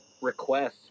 requests